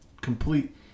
complete